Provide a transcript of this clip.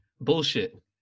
Bullshit